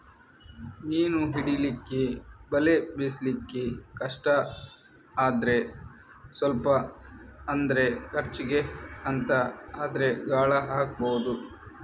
ಮೀನು ಹಿಡೀಲಿಕ್ಕೆ ಬಲೆ ಬೀಸ್ಲಿಕ್ಕೆ ಕಷ್ಟ ಆದ್ರೆ ಸ್ವಲ್ಪ ಅಂದ್ರೆ ಖರ್ಚಿಗೆ ಅಂತ ಆದ್ರೆ ಗಾಳ ಹಾಕ್ಬಹುದು